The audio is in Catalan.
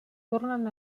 tornen